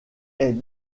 est